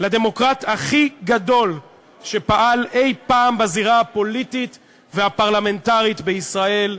לדמוקרט הכי גדול שפעל אי-פעם בזירה הפוליטית והפרלמנטרית בישראל,